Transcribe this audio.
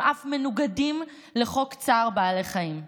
הם אף מנוגדים לחוק צער בעלי חיים.